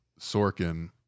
Sorkin